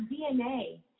DNA